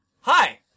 Hi